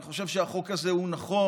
אני חושב שהחוק הזה הוא נכון,